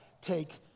take